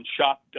shot